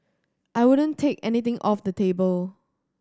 I wouldn't take anything off the table